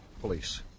police